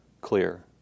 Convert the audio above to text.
clear